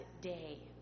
day